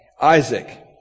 Isaac